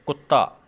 ਕੁੱਤਾ